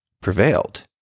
prevailed